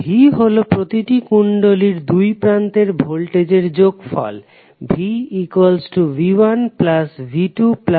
v হলো প্রতিটি কুণ্ডলীর দুই প্রান্তের ভোল্টেজের যোগফল